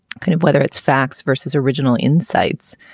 kind of whether it's facts versus original insights.